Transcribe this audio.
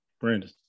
Brandon